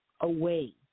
away